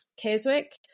Keswick